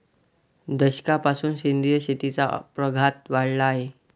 दशकापासून सेंद्रिय शेतीचा प्रघात वाढला आहे